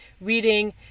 Reading